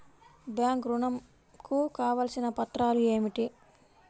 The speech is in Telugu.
బ్యాంక్ ఋణం కు కావలసిన పత్రాలు ఏమిటి?